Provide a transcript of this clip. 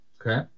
Okay